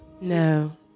No